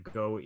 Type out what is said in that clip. go